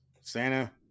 Santa